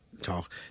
talk